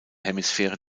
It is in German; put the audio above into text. hemisphäre